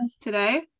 today